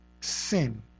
sin